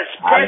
yes